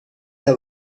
that